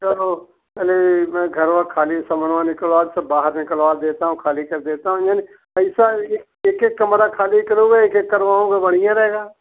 चलो चलें एक घरवा ख़ाली समानवा निकलवा सब बाहर निकलवा देता हूँ ख़ाली कर देता हूँ ऐसा एक एक कमरा ख़ाली करूँगा एक एक करोगे बढ़िया रहेगा